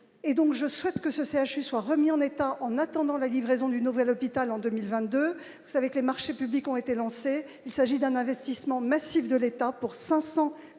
je souhaite que ce CHU soit remis en état, en attendant la livraison du nouvel hôpital en 2020, 2, vous savez que les marchés publics ont été lancés, il s'agit d'un investissement massif de l'État pour 580